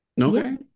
okay